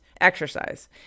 exercise